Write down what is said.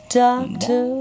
doctor